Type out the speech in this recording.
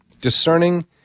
discerning